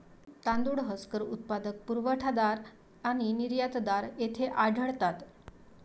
तांदूळ हस्कर उत्पादक, पुरवठादार आणि निर्यातदार येथे आढळतात